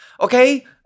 Okay